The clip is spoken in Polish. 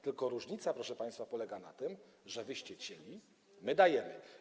Tylko różnica, proszę państwa, polega na tym, że wy cięliście, a my dajemy.